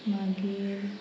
मागीर